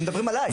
הם מדברים עליי.